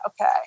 okay